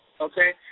okay